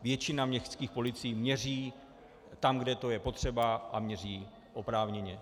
Většina městských policií měří tam, kde to je potřeba, a měří oprávněně.